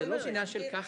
זה לא עניין של "ככה".